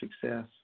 success